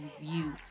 view